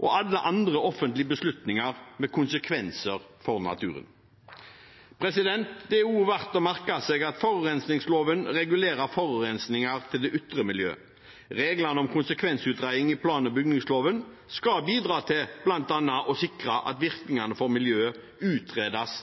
og alle andre offentlige beslutninger med konsekvenser for naturen. Det er også verdt å merke seg at forurensingsloven regulerer forurensinger til det ytre miljøet. Reglene om konsekvensutredning i plan- og bygningsloven skal bidra til bl.a. å sikre at virkningene for miljøet utredes